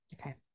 Okay